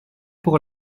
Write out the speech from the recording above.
pour